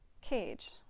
cage